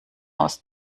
aus